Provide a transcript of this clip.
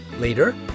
Later